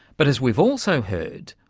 but as we've also heard,